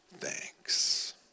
thanks